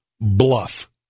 bluff